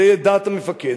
זה יהיה דעת המפקד,